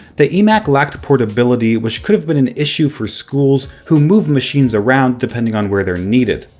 the emac lacked portability which could've been an issue for schools who move machines around depending on where they are needed.